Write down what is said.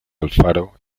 alfaro